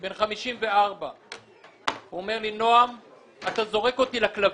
הוא בן 54. הוא אמר לי שאני זורק אותו לכלבים.